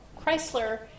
Chrysler